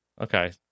Okay